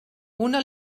una